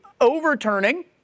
overturning